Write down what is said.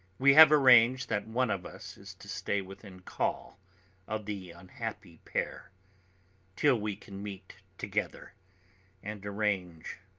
we have arranged that one of us is to stay within call of the unhappy pair till we can meet together and arrange